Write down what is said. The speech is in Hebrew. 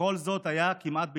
וכל זאת היה כמעט בהתנדבות,